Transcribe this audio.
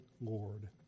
Lord